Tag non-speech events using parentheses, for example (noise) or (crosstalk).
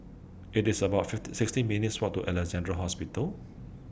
IT IS about (unintelligible) sixteen minutes' Walk to Alexandra Hospital